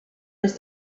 his